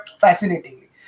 fascinatingly